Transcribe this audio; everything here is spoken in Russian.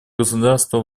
государства